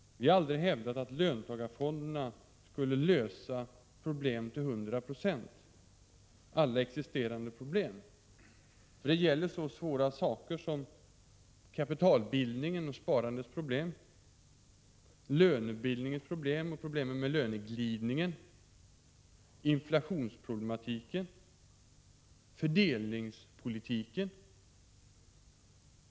Vi har aldrig hävdat att löntagarfonderna skulle lösa alla existerande problem till 100 9, för det gäller så svåra saker som kapitalbildningen och sparandets problem, lönebildningens problem och problemen med löneglidningen, inflationsproblematiken och fördelningspolitiken.